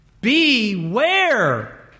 beware